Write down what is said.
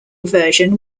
version